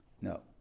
No